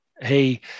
hey